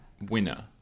winner